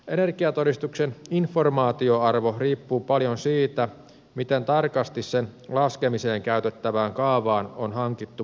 energiatodistuksen informaatioarvo riippuu paljon siitä miten tarkasti sen laskemiseen käytettävään kaavaan on hankittu vaadittavat lähtötiedot